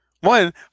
One